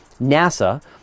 NASA